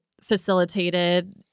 facilitated